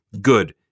good